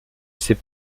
ces